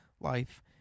life